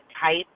type